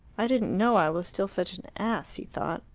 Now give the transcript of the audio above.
i didn't know i was still such an ass, he thought.